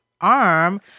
arm